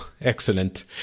Excellent